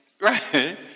right